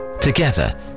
Together